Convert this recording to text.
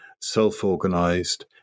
self-organized